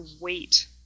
wait